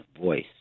voice